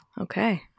Okay